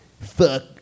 fuck